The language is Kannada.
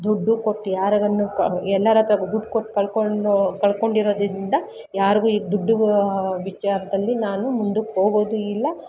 ದುಡ್ಡು ಕೊಟ್ಟು ಯಾರ್ಗೂನು ಕಳ್ ಎಲ್ಲರ ಹತ್ರ ದುಡ್ಡು ಕೊಟ್ಟು ಕಳ್ಕೊಂಡು ಕಳ್ಕೊಂಡಿರೊದರಿಂದ ಯಾರಿಗೂ ಈಗ ದುಡ್ಗೆ ವಿಚಾರದಲ್ಲಿ ನಾನು ಮುಂದಕ್ಕೆ ಹೋಗೋದು ಇಲ್ಲ